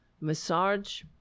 Massage